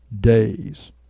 days